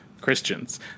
Christians